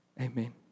Amen